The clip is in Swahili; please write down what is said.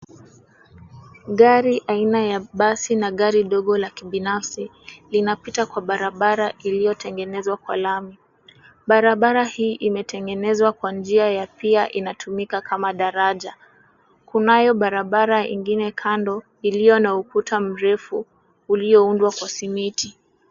Gari aina ya basi na gari ndogo la kibinafsi inapita kwa barabara iliyotengenezewa kwa lami. Barabara hii imetengenezewa kwa njia ya pia inatumika kana daraja. Kunayo barabara ingine kando iliyo na ukuta mrefu ulioundwa kwa simiti.